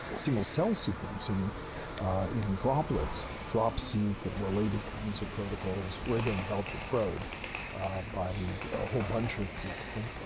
single cell sequencing in droplets, the drop-seq and related kinds of protocols were, again, developed at broad by a whole bunch of people.